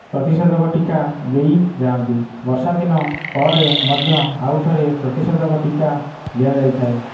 ପ୍ରତିଷେଧକ ଟୀକା ଦେଇ ଯାଆନ୍ତି ବର୍ଷାଦିନ ପରେ ମଧ୍ୟ ଆଉ ଥରେ ପ୍ରତିଷେଧକ ଟୀକା ଦିଆଯାଇଥାଏ